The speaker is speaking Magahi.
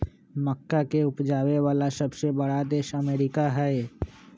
मक्का के उपजावे वाला सबसे बड़ा देश अमेरिका हई